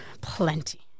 plenty